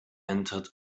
entered